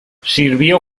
sirvió